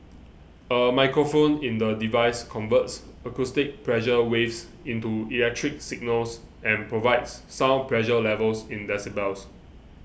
a microphone in the device converts acoustic pressure waves into electrical signals and provides sound pressure levels in the decibels